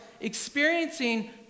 experiencing